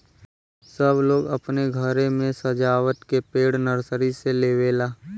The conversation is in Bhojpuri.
सब लोग अपने घरे मे सजावत के पेड़ नर्सरी से लेवला